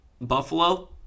buffalo